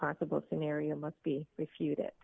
possible scenario must be refuted